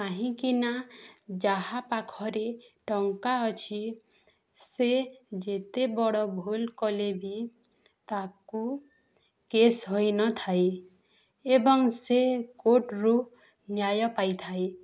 କାହିଁକିନା ଯାହା ପାଖରେ ଟଙ୍କା ଅଛି ସେ ଯେତେ ବଡ଼ ଭୁଲ କଲେ ବି ତାକୁ କେସ୍ ହୋଇନଥାଏ ଏବଂ ସେ କୋର୍ଟରୁ ନ୍ୟାୟ ପାଇଥାଏ